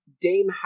Dame